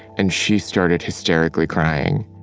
and she started hysterically crying.